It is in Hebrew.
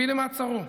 הביא למעצרו,